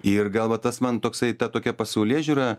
ir gal va tas man toksai ta tokia pasaulėžiūra